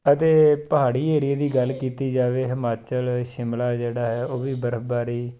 ਅਤੇ ਪਹਾੜੀ ਏਰੀਏ ਦੀ ਗੱਲ ਕੀਤੀ ਜਾਵੇ ਹਿਮਾਚਲ ਸ਼ਿਮਲਾ ਜਿਹੜਾ ਹੈ ਉਹ ਵੀ ਬਰਫ਼ਬਾਰੀ